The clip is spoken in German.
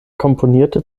komponierte